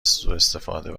سواستفاده